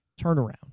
turnaround